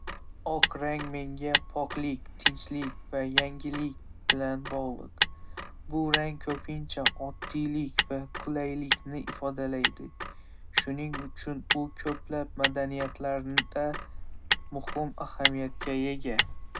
Oq rang menga poklik, tinchlik va yangilik bilan bog'liq. Bu rang ko'pincha oddiylik va qulaylikni ifodalaydi, shuning uchun u ko'plab madaniyatlarda muhim ahamiyatga ega.